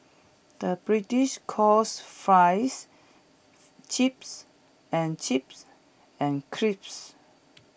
the British calls Fries Chips and chips and crisps